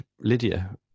Lydia